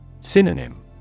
Synonym